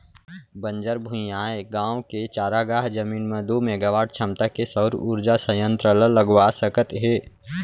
बंजर भुइंयाय गाँव के चारागाह जमीन म दू मेगावाट छमता के सउर उरजा संयत्र ल लगवा सकत हे